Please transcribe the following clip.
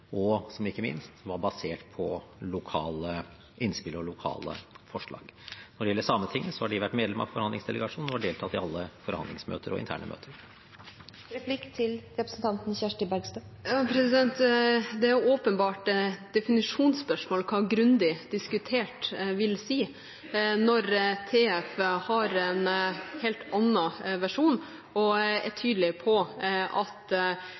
og som ikke minst var basert på lokale innspill og lokale forslag. Når det gjelder Sametinget, har de vært medlem av forhandlingsdelegasjonen og har deltatt i alle forhandlingsmøter og interne møter. Det er åpenbart et definisjonsspørsmål hva «grundig diskutert» vil si, når TF har en helt annen versjon og er tydelig på at